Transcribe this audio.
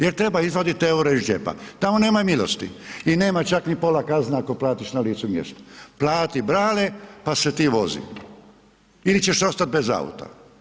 Jer treba izvadit eure iz džepa, tamo nema milosti i nema čak ni pola kazne ako platiš na licu mjesta, plati brale pa se ti vozi ili ćeš ostat bez auta.